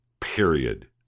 Period